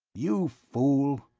you fool,